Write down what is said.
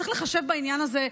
צריך לחשב בעניין הזה.